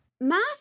math